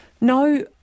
No